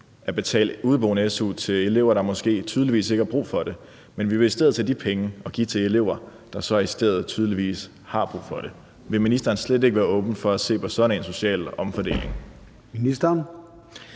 at betale udeboende-su til elever, der tydeligvis ikke har brug for det, men vi vil i stedet for give de penge til elever, der tydeligvis har brug for det. Vil ministeren slet ikke være åben for at se på sådan en social omfordeling?